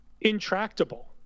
intractable